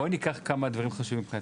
בואי ניקח כמה דברים חשובים מבחינתך.